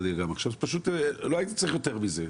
לא הייתי צריך יותר מזה.